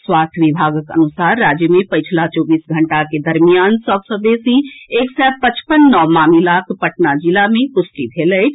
स्वास्थ्य विभागक अनुसार राज्य मे पछिला चौबीस घंटा के दरमियान सभ सँ बेसी एक सय पचपन नव मामिलाक पटना जिला मे पुष्टि भेल अछि